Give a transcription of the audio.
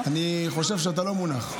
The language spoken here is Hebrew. אני חושב שאתה לא מונח.